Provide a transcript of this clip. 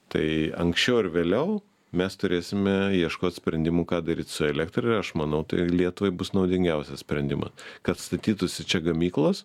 tai anksčiau ar vėliau mes turėsime ieškot sprendimų ką daryt su elektra ir aš manau tai lietuvai bus naudingiausias sprendima kad statytųsi čia gamyklos